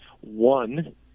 one